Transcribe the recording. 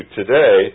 today